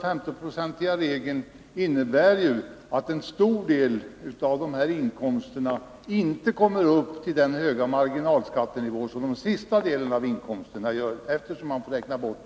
50-procentsregeln innebär dessutom att en stor del av dessa inkomster inte kommer upp till samma höga marginalskattenivå som den sista delen av inkomsten, eftersom man får räkna bort